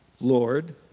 Lord